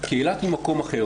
כי אילת הוא מקום אחר.